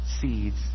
seeds